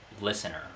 listener